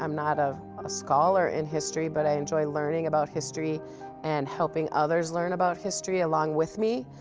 um not ah a scholar in history, but i enjoy learning about history and helping others learn about history along with me.